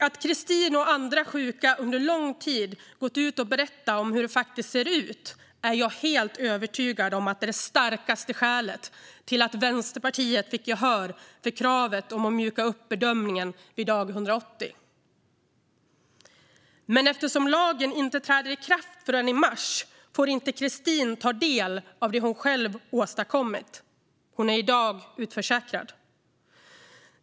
Att Christine och andra sjuka under lång tid har gått ut och berättat om hur det faktiskt ser ut är jag helt övertygad om är det starkaste skälet till att Vänsterpartiet fick gehör för kravet om att mjuka upp bedömningen vid dag 180. Men eftersom lagen inte träder i kraft förrän i mars får Christine inte ta del av det hon själv åstadkommit. Hon är i dag utförsäkrad.